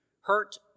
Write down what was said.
Hurt